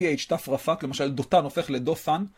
תשתף רפאק, למשל דו-תן הופך לדו-סן.